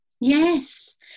Yes